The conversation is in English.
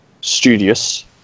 studious